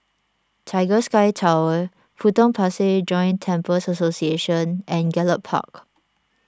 Tiger Sky Tower Potong Pasir Joint Temples Association and Gallop Park